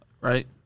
right